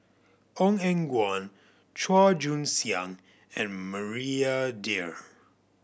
Ong Eng Guan Chua Joon Siang and Maria Dyer